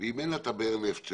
ואם אין לה את באר הנפט שלה,